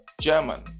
German